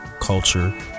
culture